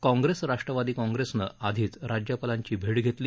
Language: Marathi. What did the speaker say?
काँग्रेस राष्ट्रवादी काँग्रेसनं आधीच राज्यपालांची भेट घेतली